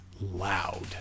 loud